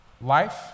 Life